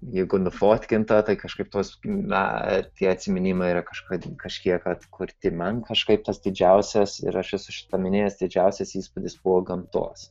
jeigu nufotkinta tai kažkaip tuos na ir tie atsiminimai yra kažkada kažkiek atkurti man kažkaip tas didžiausias ir aš esucšitą minėjęs didžiausias įspūdis buvo gamtos